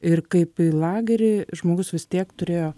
ir kaip į lagerį žmogus vis tiek turėjo